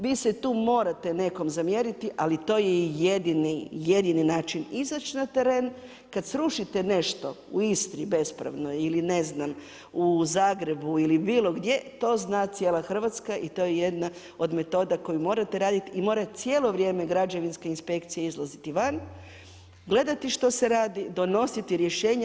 Vi se tu morate nekome zamjeriti, ali to je jedini način, izaći na teren, kad srušite nešto u Istri bespravno ili ne znam u Zagrebu ili bilo gdje, to zna cijela Hrvatska i to je jedna od metoda koju morate raditi i mora cijelo vrijeme građevinske inspekcije izlaziti van, gledati što se radi, donositi rješenja.